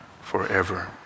forever